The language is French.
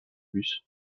bus